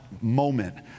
moment